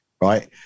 Right